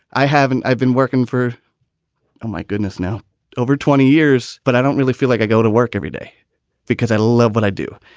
i haven't. i've been working for ah my goodness now over twenty years. but i don't really feel like i go to work every day because i love what i do.